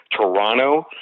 Toronto